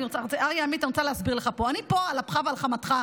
אני רוצה להסביר לך פה: אני פה על אפך ועל חמתך.